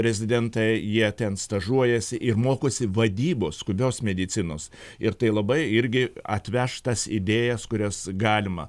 rezidentai jie ten stažuojasi ir mokosi vadybos skubios medicinos ir tai labai irgi atveš tas idėjas kurias galima